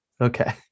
Okay